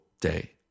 day